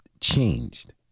changed